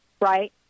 right